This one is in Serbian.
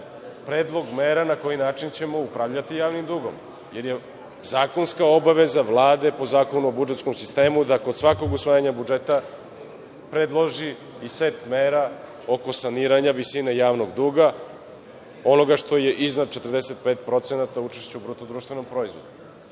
predlog mera na koji način ćemo upravljati javnim dugom, jer je zakonska obaveza Vlade po Zakonu o budžetskom sistemu da kod svakog usvajanja budžeta predloži i set mera oko saniranja visine javnog duga, onoga što je iznad 45% učešća u BDP.Mi sada